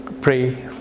pray